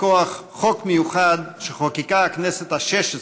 מכוח חוק מיוחד שחוקקה הכנסת השש-עשרה,